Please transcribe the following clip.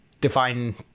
Define